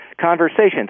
conversations